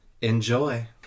Enjoy